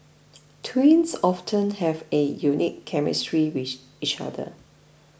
twins often have a unique chemistry with each other